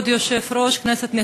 כבוד היושב-ראש, כנסת נכבדה,